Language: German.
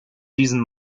diesen